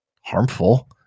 harmful